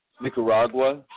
Nicaragua